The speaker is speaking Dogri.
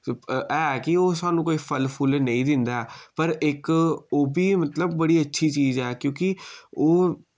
है कि ओ स्हानू कोई फल फुल नेईं दिंदा ऐ पर इक ओ बी मतलब बड़ी अच्छी चीज ऐ क्यूंकि ओह्